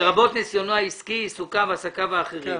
לרבות ניסיונו העסקי, עיסוקיו ועסקיו האחרים.